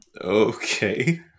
Okay